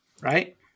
right